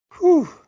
whew